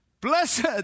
Blessed